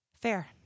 Fair